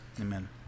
amen